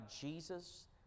Jesus